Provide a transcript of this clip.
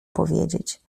powiedzieć